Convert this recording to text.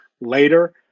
later